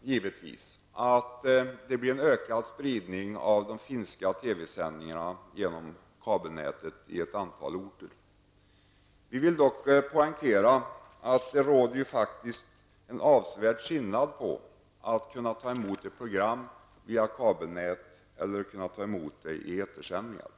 givetvis inte att det blir en ökad spridning av de finska TV Vi vill dock poängtera att det råder en avsevärd skillnad mellan att kunna ta emot ett program via kabelnät och att kunna ta emot det via etersändningar.